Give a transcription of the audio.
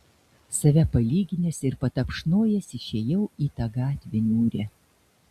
save palyginęs ir patapšnojęs išėjau į tą gatvę niūrią